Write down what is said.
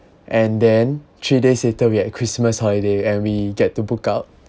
and then three days later we have christmas holiday and we get to book out